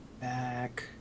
back